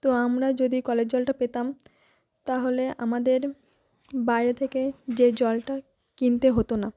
তো আমরা যদি কলের জলটা পেতাম তাহলে আমাদের বাইরে থেকে যে জলটা কিনতে হতো না